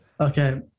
Okay